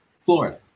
Florida